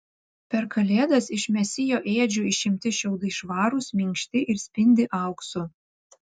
per kalėdas iš mesijo ėdžių išimti šiaudai švarūs minkšti ir spindi auksu